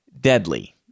deadly